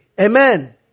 Amen